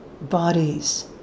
bodies